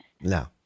No